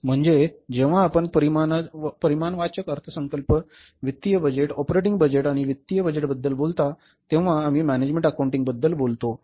म्हणजे जेव्हा आपण परिमाणवाचक अर्थसंकल्प वित्तीय बजेट ऑपरेटिंग बजेट आणि वित्तीय बजेटबद्दल बोलत असतो तेव्हा आम्ही मॅनेजमेंट अकाउंटिंगबद्दल बोलत असतो